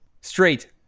straight